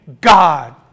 God